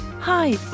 Hi